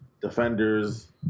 defenders